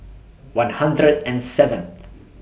one hundred and seventh